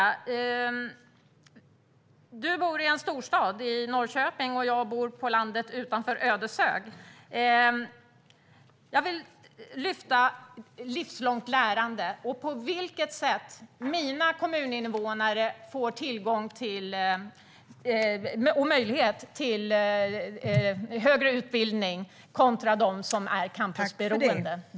Linda Snecker bor i en storstad, i Norrköping, och jag bor på landet utanför Ödeshög. Jag vill lyfta upp frågan om livslångt lärande. På vilket sätt får mina kommuninvånare tillgång till och möjlighet till högre utbildning kontra dem som är campusberoende?